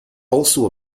also